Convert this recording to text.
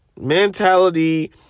mentality